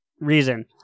reason